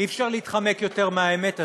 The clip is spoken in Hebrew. אי-אפשר להתחמק יותר מהאמת הזאת,